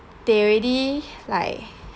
they already like